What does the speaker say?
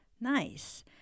Nice